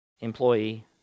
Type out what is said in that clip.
employee